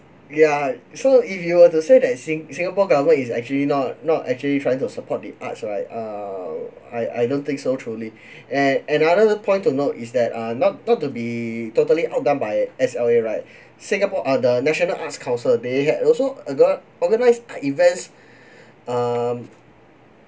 ya so if you were to say that sing~ singapore government is actually not not actually trying to support the arts right err I I don't think so truly and another point to note is that err not not to be totally outdone by S_L_A right singapore uh the national arts council they had also got organize events um